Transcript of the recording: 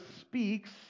speaks